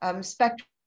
spectrum